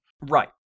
Right